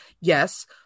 Yes